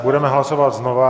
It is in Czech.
Budeme hlasovat znovu.